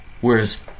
Whereas